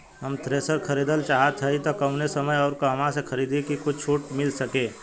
हम थ्रेसर खरीदल चाहत हइं त कवने समय अउर कहवा से खरीदी की कुछ छूट मिल सके?